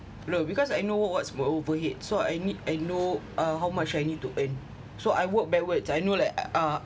no because I know what's my overhead so I nee~ I know uh how much I need to earn so I work backwards I know like uh